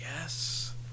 yes